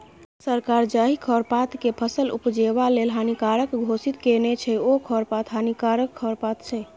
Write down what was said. सरकार जाहि खरपातकेँ फसल उपजेबा लेल हानिकारक घोषित केने छै ओ खरपात हानिकारक खरपात छै